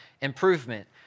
improvement